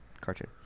cartoon